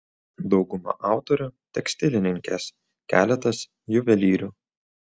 dauguma autorių tekstilininkės keletas juvelyrių